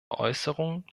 äußerungen